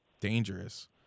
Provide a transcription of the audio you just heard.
dangerous